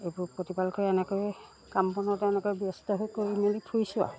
এইবোৰ প্ৰতিপাল কৰি এনেকৈয়ে কাম বনতে এনেকৈ ব্যস্ত হৈ কৰি মেলি ফুৰিছোঁ আৰু